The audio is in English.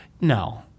No